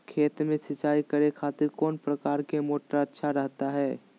खेत में सिंचाई करे खातिर कौन प्रकार के मोटर अच्छा रहता हय?